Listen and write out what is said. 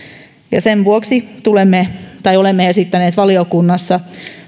sen vuoksi olemme esittäneet valiokunnassa